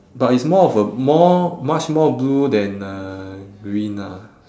but it's more of a more much more blue than uh green ah